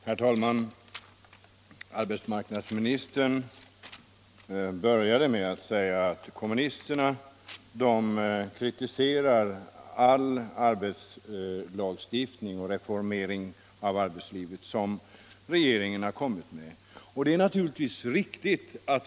Herr talman! Arbetsmarknadsministern började med att säga att kommunisterna kritiserar all arbetslagstiftning och reformering av arbetslivet som regeringen har föreslagit. Det är naturligtvis riktigt.